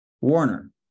Warner